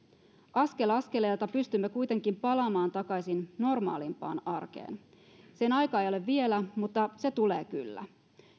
askel askeleelta pystymme kuitenkin palaamaan takaisin normaalimpaan arkeen sen aika ei ole vielä mutta se tulee kyllä